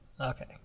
Okay